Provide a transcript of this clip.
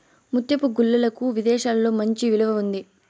ముత్యపు గుల్లలకు విదేశాలలో మంచి విలువ ఉంది